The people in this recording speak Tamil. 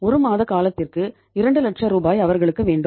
1 மாத காலத்திற்கு 2 லட்சம் ரூபாய் அவர்களுக்கு வேண்டும்